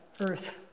earth